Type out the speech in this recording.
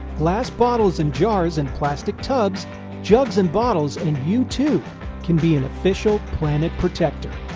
glass bottles and jars, and plastic tubs jugs, and bottles and you too can be an official planet protector!